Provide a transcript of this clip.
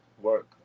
work